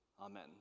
Amen